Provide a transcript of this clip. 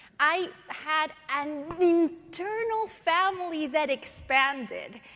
i had an i mean internal family that expanded.